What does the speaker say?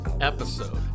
episode